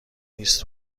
نیست